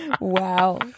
Wow